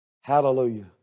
Hallelujah